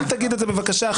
אל תגיד אותן, בבקשה.